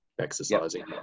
exercising